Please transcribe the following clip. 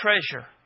treasure